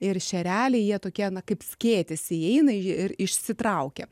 ir šereliai jie tokie na kaip skėtis įeina ir išsitraukia